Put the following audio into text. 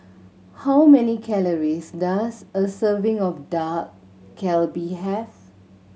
how many calories does a serving of Dak Galbi have